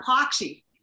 epoxy